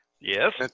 yes